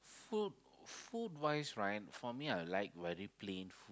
food food wise right for me I will like very plain